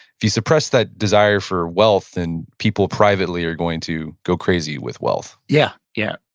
if you suppress that desire for wealth then people privately are going to go crazy with wealth yeah. yeah.